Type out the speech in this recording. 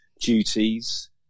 duties